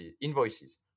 invoices